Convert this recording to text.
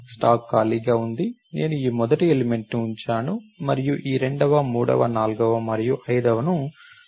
stock ఖాళీగా ఉంది నేను ఈ మొదటి ఎలిమెంట్ ని ఉంచాను మరియు ఈ రెండవ మూడవ నాల్గవ మరియు ఐదవను పుష్ చేసాను